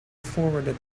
forwarded